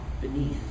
beneath